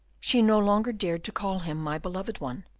she no longer dared to call him my beloved one.